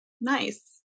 Nice